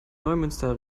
neumünster